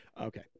okay